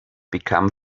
become